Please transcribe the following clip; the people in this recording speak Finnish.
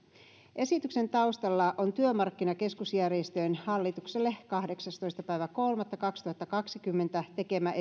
esityksen taustalla on työmarkkinakeskusjärjestöjen hallitukselle kahdeksastoista kolmatta kaksituhattakaksikymmentä tekemä